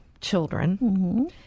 children